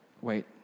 wait